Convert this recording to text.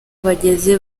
bageze